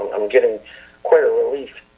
i'm getting quite a relief.